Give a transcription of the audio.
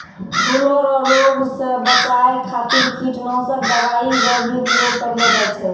फूलो रो रोग से बचाय खातीर कीटनाशक दवाई रो भी उपयोग करलो जाय छै